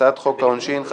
הצעת חוק העונשין (תיקון איסור פרסום).